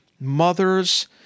mothers